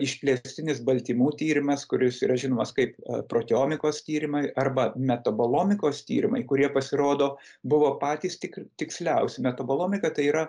išplėstinis baltymų tyrimas kuris yra žinomas kaip proteomikos tyrimai arba metabalomikos tyrimai kurie pasirodo buvo patys tik tiksliausi metabolomika tai yra